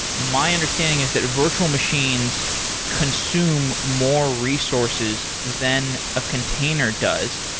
my understanding is that virtual machines consume more resources than a container does.